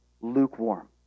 lukewarm